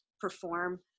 perform